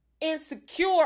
insecure